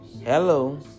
Hello